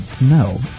No